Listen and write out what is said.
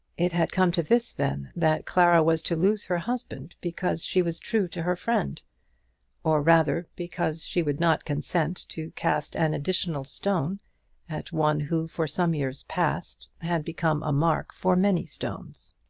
it had come to this then, that clara was to lose her husband because she was true to her friend or rather because she would not consent to cast an additional stone at one who for some years past had become a mark for many stones.